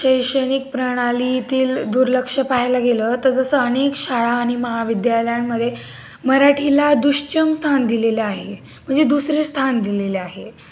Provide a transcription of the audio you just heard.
शैक्षणिक प्रणालीतील दुर्लक्ष पाहायला गेलं तर जसं अनेक शाळा आणि महाविद्यालयांमध्ये मराठीला दुय्यम स्थान दिलेले आहे म्हणजे दुसरे स्थान दिलेले आहे